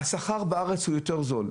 השכר בארץ הוא יותר זול.